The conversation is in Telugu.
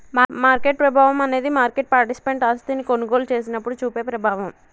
మార్కెట్ ప్రభావం అనేది మార్కెట్ పార్టిసిపెంట్ ఆస్తిని కొనుగోలు చేసినప్పుడు చూపే ప్రభావం